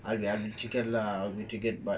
I will be triggered lah I will be triggered